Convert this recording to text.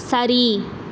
சரி